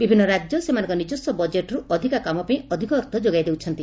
ବିଭିନ୍ ରାକ୍ୟ ସେମାନଙ୍କ ନିକସ୍ୱ ବଜେଟ୍ରୁ ଅଧିକା କାମ ପାଇଁ ଅଧିକ ଅର୍ଥ ଯୋଗାଇ ଦେଉଛନ୍ତି